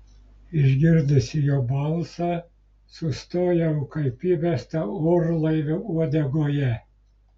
išgirdusi jo balsą sustojau kaip įbesta orlaivio uodegoje